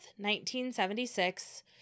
1976